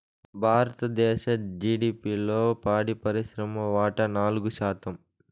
భారతదేశ జిడిపిలో పాడి పరిశ్రమ వాటా నాలుగు శాతం